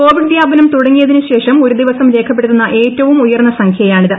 Covid വ്യാപനം തുടങ്ങിയതിന് ശ്ശേഷം ഒരു ദിവസം രേഖപ്പെടുത്തുന്ന ഏറ്റവും ഉയർന്ന സംഖ്യയാണിത്